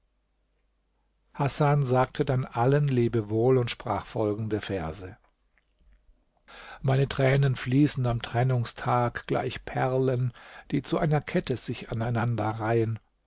hasan sagte dann allen lebewohl und sprach folgende verse meine tränen fließen am trennungstag gleich perlen die zu einer kette sich aneinander reihen